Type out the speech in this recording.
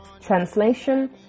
translation